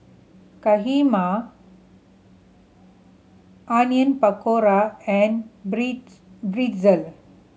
Kheema Onion Pakora and Pretzel